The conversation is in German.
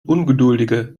ungeduldige